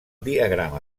diagrama